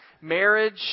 marriage